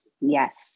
yes